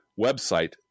website